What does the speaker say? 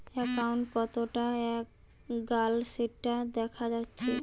account কতোটা এগাল সেটা দেখা যাচ্ছে